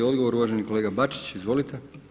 Odgovor uvaženi kolega Bačić, izvolite.